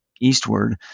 eastward